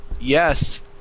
Yes